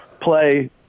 play